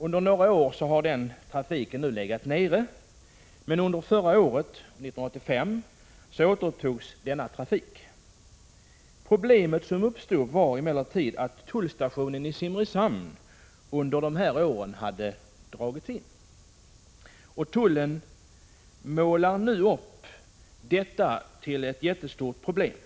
Under några år har nu denna trafik legat nere. Men förra året, 1985, återupptogs trafiken. Problem uppstod emellertid, då tullstationen i Simrishamn hade dragits in under de år som trafiken hade legat nere. Tullen gör nu detta till ett jättestort problem.